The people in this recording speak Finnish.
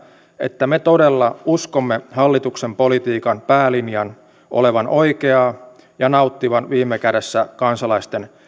että me todella uskomme hallituksen politiikan päälinjan olevan oikea ja nauttivan viime kädessä kansalaisten